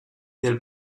del